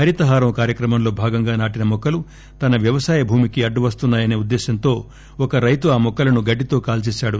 హరితహారం కార్యక్రమంలో భాగంగా నాటిన మొక్కలు తన వ్యవసాయ భూమికి అడ్డువస్తున్నా యనే ఉద్దేశ్వంతో ఒక రైతు ఆమొక్కలను గడ్డితో కాల్చేశాడు